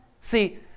See